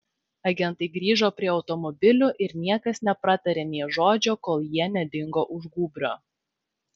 agentai grįžo prie automobilių ir niekas nepratarė nė žodžio kol jie nedingo už gūbrio